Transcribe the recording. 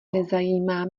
nezajímá